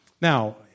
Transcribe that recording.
Now